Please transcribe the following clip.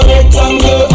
rectangle